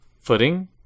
footing